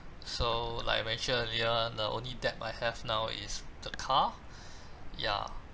so like I mentioned earlier the only debt I have now is the car ya